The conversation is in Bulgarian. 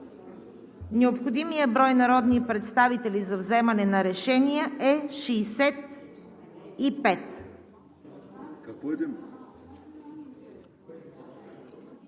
Необходимият брой народни представители за вземане на решения е 65.